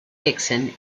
dixon